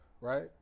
Right